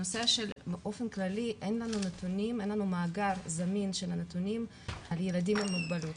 נושא שבאופן כללי אין לנו מאגר זמין של הנתונים על ילדים עם מוגבלות.